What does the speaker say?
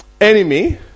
enemy